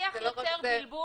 השיח יוצר בלבול,